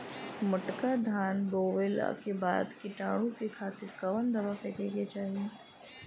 मोटका धान बोवला के बाद कीटाणु के खातिर कवन दावा फेके के चाही?